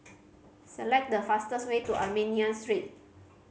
select the fastest way to Armenian Street